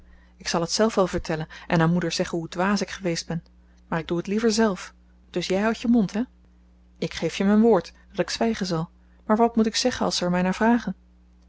ik zal het zelf wel vertellen en aan moeder zeggen hoe dwaas ik geweest ben maar ik doe het liever zelf dus jij houdt je mond hè ik geef je mijn woord dat ik zwijgen zal maar wat moet ik zeggen als ze er mij naar vragen